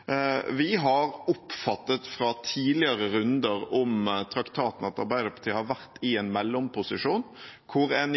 har til Høyre. Vi har fra tidligere runder om traktaten oppfattet at Arbeiderpartiet har vært i en mellomposisjon, der en